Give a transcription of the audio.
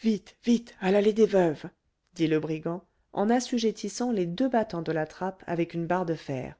vite vite à l'allée des veuves dit le brigand en assujettissant les deux battants de la trappe avec une barre de fer